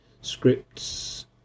scripts